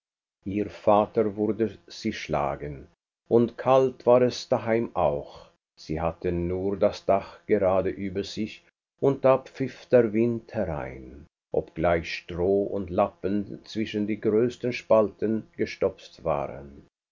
ihr vater würde sie schlagen und kalt war es daheim auch sie hatten nur das dach gerade über sich und da pfiff der wind herein obgleich stroh und lappen zwischen die größten spalten gestopft waren